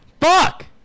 Fuck